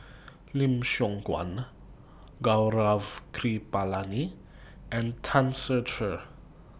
Lim Siong Guan Gaurav Kripalani and Tan Ser Cher